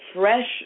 fresh